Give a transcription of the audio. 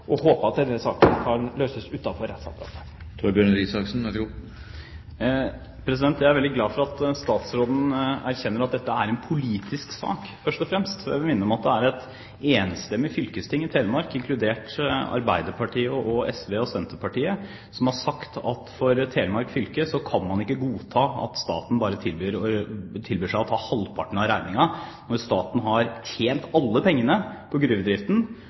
og håper at denne saken kan løses utenfor rettsapparatet. Jeg er veldig glad for at statsråden erkjenner at dette er en politisk sak, først og fremst. Jeg vil minne om at det er et enstemmig fylkesting i Telemark – inkludert Arbeiderpartiet, SV og Senterpartiet – som har sagt at Telemark fylke ikke kan godta at staten bare tilbyr seg å ta halvparten av regninga, når staten har tjent alle pengene på gruvedriften,